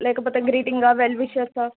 లేకపోతే గ్రీటింగా వెల్ విషెస్సా